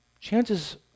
chances